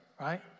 right